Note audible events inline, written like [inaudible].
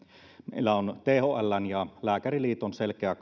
meillä on thln ja lääkäriliiton selkeä [unintelligible]